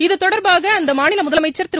இது தொடர்பாக அந்த மாநில முதலமம்சர் திரு